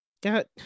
Got